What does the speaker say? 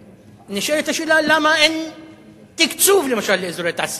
ונשאלת השאלה למה אין תקצוב, למשל, לאזורי תעשייה.